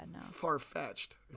far-fetched